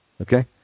Okay